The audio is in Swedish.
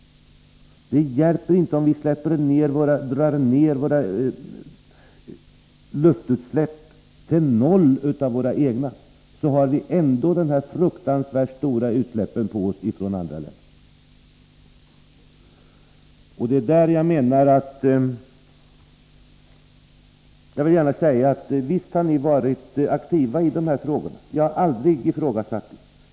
Det hjälper inte om vi får ner våra egna luftutsläpp till noll. Vi får ändå det fruktansvärt stora utsläppet på oss från andra länder. Jag vill gärna säga att visst har ni varit aktiva i den här frågan. Det har jag aldrig ifrågasatt.